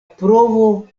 provo